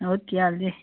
ਹੋਰ ਕੀ ਹਾਲ ਜੀ